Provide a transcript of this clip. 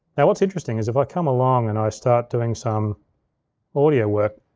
now what's interesting, is if i come along and i start doing some audio work,